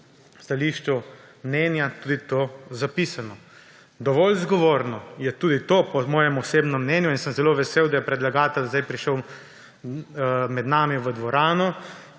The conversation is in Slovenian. v stališču mnenja tudi to zapisano. Dovolj zgovorno je tudi to po mojem osebnem mnenju in sem zelo vesel, da je predlagatelj sedaj prišel med nas v dvorano,